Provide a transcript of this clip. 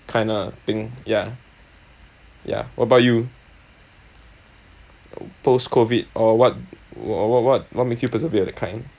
kinda thing ya ya what about you post COVID or what what what what what makes you persevere that kind